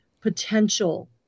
potential